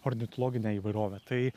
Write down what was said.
ornitologine įvairove tai